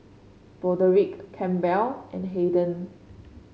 Broderick Campbell and Hayden